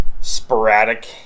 sporadic